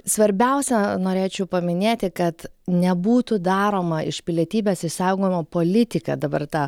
svarbiausia norėčiau paminėti kad nebūtų daroma iš pilietybės išsaugojimo politika dabar ta